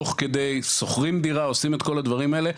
תוך כדי, שוכרים דירה, עושים את כל הדברים האלה.